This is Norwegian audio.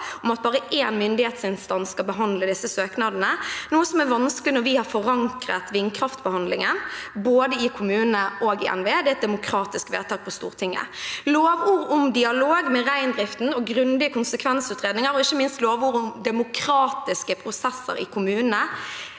om at bare én myndighetsinstans skal behandle disse søknadene, noe som er vanskelig når vi har forankret vindkraftbehandlingen både i kommunene og i NVE. Det er et demokratisk vedtak på Stortinget. Lovord om dialog med reindriften og grundige konsekvensutredninger og ikke minst lovord om demokratiske prosesser i kommunene